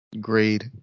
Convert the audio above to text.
grade